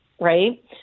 right